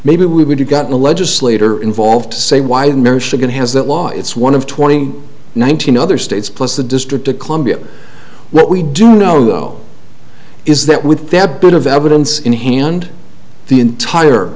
maybe we would have gotten a legislator involved to say why the michigan has that law it's one of twenty one thousand other states plus the district of columbia what we do know though is that with that bit of evidence in hand the entire